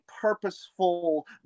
purposeful